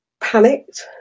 panicked